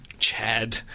Chad